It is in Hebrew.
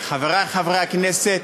חברי חברי הכנסת,